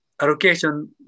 allocation